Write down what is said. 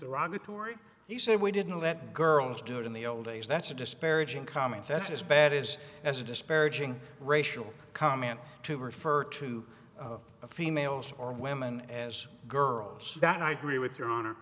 derogatory he said we didn't let girls do it in the old days that's a disparaging comment that's as bad as as a disparaging racial comment to refer to a females or women as girls that i agree with your honor